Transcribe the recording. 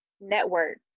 network